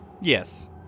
Yes